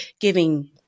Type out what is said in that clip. giving